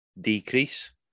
decrease